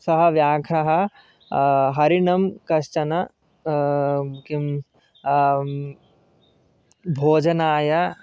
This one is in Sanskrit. सः व्याघः हरिणं कश्चन किं भोजनाय